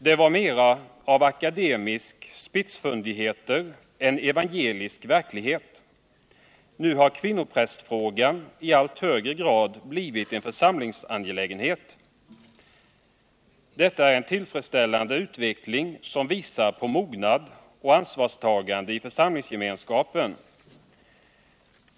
Det var mera av akademiska spetsfundigheter än evangelisk verklighet. Nu har kvinnopräst frågan i allt högre grad blivit en församlingsangelägenhet. Detta iär en tillfredsställande utveckling som visar på mognad och ansvarstagande i församlingsgemenskapen.